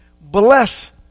bless